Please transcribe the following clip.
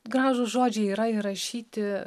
gražūs žodžiai yra įrašyti